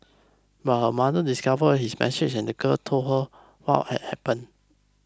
but her mother discovered his message and the girl told her what had happened